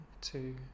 Two